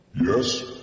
Yes